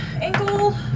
ankle